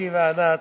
אתי וענת,